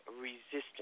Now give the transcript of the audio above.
resistance